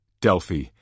Delphi